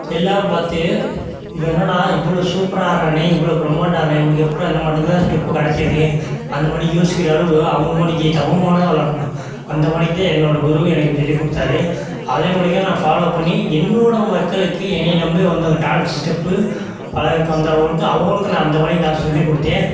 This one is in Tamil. எல்லாேரும் பார்த்து இவன் என்னென்னா இவ்வளோ சூப்பராக ஆடுகிறானே இவ்வளோ பிரமாண்டமாக ஆடுகிறானே இவனுக்கு எப்புடிரா இந்த மாரிக்குலாம் ஸ்டெப்பு கிடைக்கிது அந்த மாரிக்கு யோசிக்கிற அளவு அவங்க முன்னாடி டபுள் மடங்காக ஆடணும் அந்த மாரிக்கு என்னோடய குரு எனக்கு சொல்லிக் கொடுத்தாரு அதே மாரிக்கி நான் ஃபாலோவ் பண்ணி என்னோடய மக்களுக்கு என்னை நம்பி வந்தவங்கள் டான்ஸு ஸ்டெப்பு பழகுறக்கு வந்தவங்களுக்கும் அவங்களுக்கும் நான் அந்த மாரிக்கு நான் சொல்லிக் கொடுத்தேன்